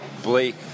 Blake